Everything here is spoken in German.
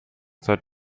zeit